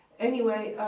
anyway,